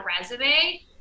resume